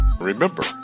remember